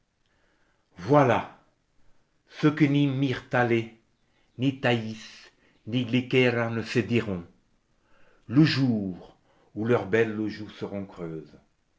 voilà ce que ni myrtalê ni thaïs ni glykéra ne se diront le jour où leurs belles joues seront creuses